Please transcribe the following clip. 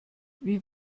wie